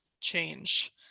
change